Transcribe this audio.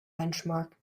benchmark